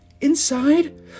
Inside